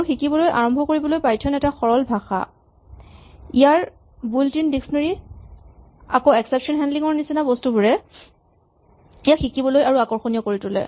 আৰু শিকিবলৈ আৰম্ভ কৰিবলৈ পাইথন এটা সৰল ভাষাই য়াৰ বুইল্ট ইন ডিক্সনেৰী আকৌ এক্সেপচন হেন্ডলিং ৰ নিচিনা বস্তুবোৰে ইয়াক শিকিবলৈ আৰু আকৰ্শনীয় কৰি তোলে